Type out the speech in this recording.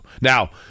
Now